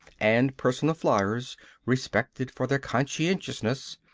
and personal fliers respected for their conscientiousness,